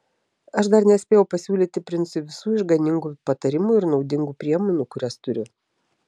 aš dar nespėjau pasiūlyti princui visų išganingų patarimų ir naudingų priemonių kurias turiu